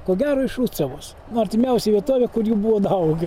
ko gero iš rucavos artimiausia vietovė kur jų buvo daug